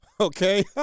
okay